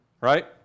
Right